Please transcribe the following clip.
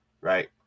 right